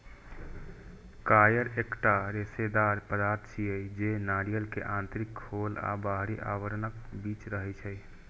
coir एकटा रेशेदार पदार्थ छियै, जे नारियल के आंतरिक खोल आ बाहरी आवरणक बीच रहै छै